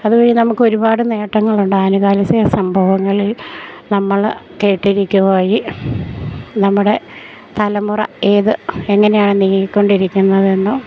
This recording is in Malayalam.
അതുവഴി നമുക്കൊരുപാട് നേട്ടങ്ങളുണ്ട് ആനുകാലി സംഭവങ്ങളിൽ നമ്മൾ കേട്ടിരിക്കുകവഴി നമ്മുടെ തലമുറ ഏത് എങ്ങനെയാണ് നീങ്ങിക്കൊണ്ടിരിക്കുന്നതെന്നും